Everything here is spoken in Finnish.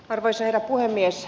arvoisa herra puhemies